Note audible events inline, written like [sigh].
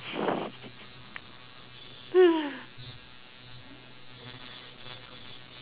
[laughs]